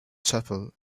chapel